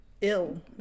ill